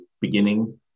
beginning